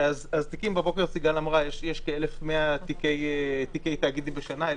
סיגל אמרה בבוקר שיש כ-1,100 תיקי תאגידים בשנה,